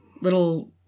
little